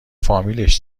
فامیلش